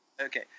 Okay